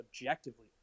objectively